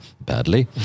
badly